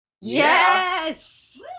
Yes